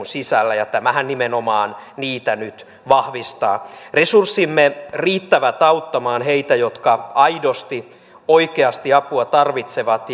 sisällä ja tämähän nimenomaan niitä nyt vahvistaa resurssimme riittävät auttamaan heitä jotka aidosti oikeasti apua tarvitsevat